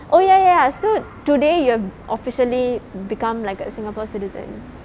oh ya ya ya so today you have officially become like a singapore citizen